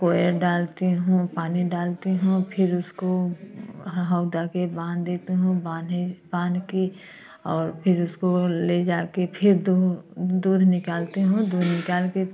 कोया डालती हूँ पानी डालती हूँ फिर उसको हौदा के बांध देती हूँ बांधे बाँध के और फिर उसको ले जाके फिर दूध निकालती हूँ दूध निकाल के